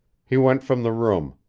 he went from the room.